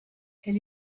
elle